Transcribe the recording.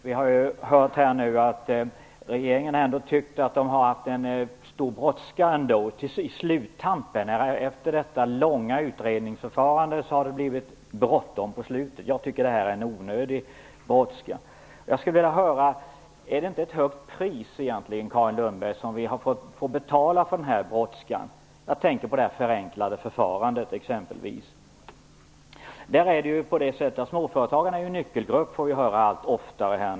Herr talman! Vi har nu hört här att regeringen tycker att man har fått bråttom i sluttampen. Efter detta långa utredningsförfarande har det blivit bråttom på slutet. Jag tycker att det är en onödig brådska. Är det inte ett högt pris, Carin Lundberg, som vi får betala för den brådskan? Jag tänker exempelvis på det förenklade förfarandet. Vi får ju allt oftare höra att småföretagarna är en nyckelgrupp.